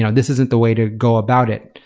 and this isn't the way to go about it.